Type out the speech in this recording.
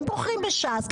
הם בוחרים בש"ס,